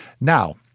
Now